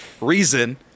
reason